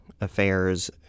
affairs